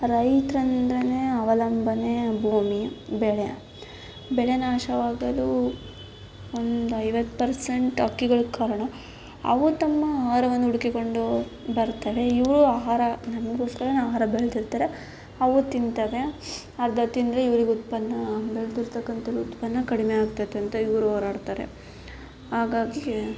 ರೈತರಂದ್ರೆನೇ ಅವಲಂಬನೆ ಭೂಮಿ ಬೆಳೆ ಬೆಳೆ ನಾಶವಾಗಲು ಒಂದು ಐವತ್ತು ಪರ್ಸೆಂಟ್ ಹಕ್ಕಿಗಳು ಕಾರಣ ಅವು ತಮ್ಮ ಆಹಾರವನ್ನ ಹುಡುಕಿಕೊಂಡು ಬರ್ತವೆ ಇವರು ಆಹಾರ ನಮಗೋಸ್ಕರನೇ ಆಹಾರ ಬೆಳೆದಿರ್ತಾರೆ ಅವು ತಿಂತವೆ ಅರ್ಧ ತಿಂದರೆ ಇವ್ರಿಗೆ ಉತ್ಪನ್ನ ಬೆಳೆದಿರ್ತಕ್ಕಂಥ ಉತ್ಪನ್ನ ಕಡಿಮೆಯಾಗ್ತೈತಂತ ಇವರು ಹೋರಾಡ್ತಾರೆ ಹಾಗಾಗಿ